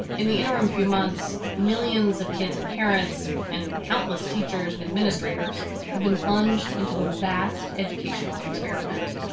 in the interim few months, millions of kids and parents and countless teachers and administrators have been plunged into a vast educational experiment,